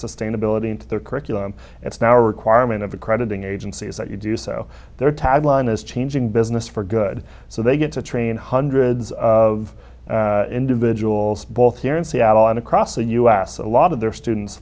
sustainability into their curriculum it's now a requirement of accrediting agencies that you do so their tagline is changing business for good so they get to train hundreds of individuals both here in seattle and across the u s a lot of their students